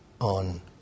on